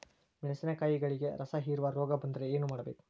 ಮೆಣಸಿನಕಾಯಿಗಳಿಗೆ ರಸಹೇರುವ ರೋಗ ಬಂದರೆ ಏನು ಮಾಡಬೇಕು?